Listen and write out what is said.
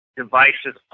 devices